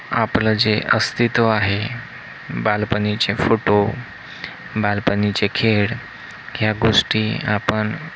आपलं जे अस्तित्व आहे बालपणीचे फोटो बालपणीचे खेळ ह्या गोष्टी आपण